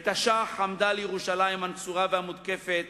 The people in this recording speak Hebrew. בתש"ח עמדה לירושלים הנצורה והמותקפת